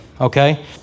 okay